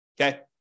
okay